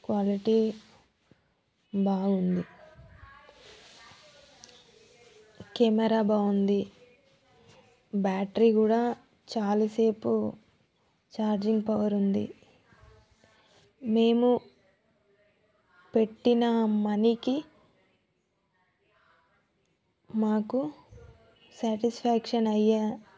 quality బాగుంది camera బాగుంది battery కూడా చాలా సేపు ఛార్జింగ్ పవర్ ఉంది మేము పెట్టిన మనీకి మాకు శాటిస్ఫాక్షన్ అయ్య